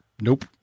Nope